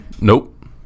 Nope